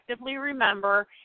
remember